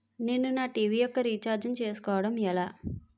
నేను నా టీ.వీ యెక్క రీఛార్జ్ ను చేసుకోవడం ఎలా?